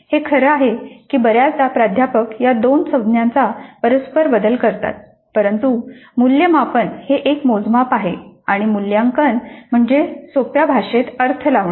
हे खरं आहे की बऱ्याचदा प्राध्यापक या दोन संज्ञांचा परस्पर बदल करतात परंतु मूल्यमापन हे एक मोजमाप आहे आणि मूल्यांकन म्हणजे सोप्या भाषेत अर्थ लावणे